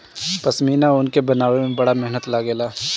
पश्मीना ऊन के बनावे में बड़ा मेहनत लागेला